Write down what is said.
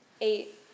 Eight